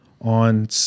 On